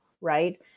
right